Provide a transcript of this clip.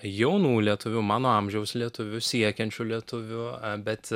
jaunų lietuvių mano amžiaus lietuvių siekiančių lietuvių bet